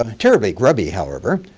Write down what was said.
ah terribly grubby however.